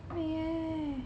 贵 eh